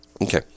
Okay